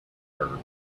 her